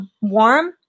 warm